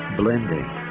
blending